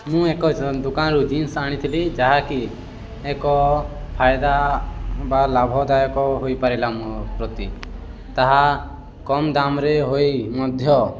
ମୁଁ ଏକ ଦୋକାନରୁ ଜିନ୍ସ ଆଣିଥିଲି ଯାହାକି ଏକ ଫାଇଦା ବା ଲାଭଦାୟକ ହୋଇପାରିଲା ମୋ ପ୍ରତି ତାହା କମ୍ ଦାମରେ ହୋଇ ମଧ୍ୟ